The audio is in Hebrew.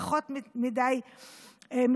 פחות מדי מתחשבים.